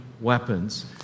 weapons